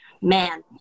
man